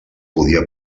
podia